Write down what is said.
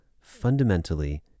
fundamentally